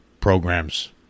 programs